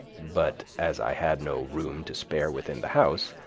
but as i had no room to spare within the house,